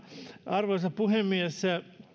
arvoisa puhemies